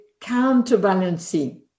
counterbalancing